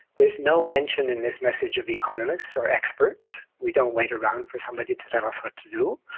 there's no mention in this message of economists or experts. we don't wait around for somebody to tell us what to do.